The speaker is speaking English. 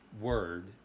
word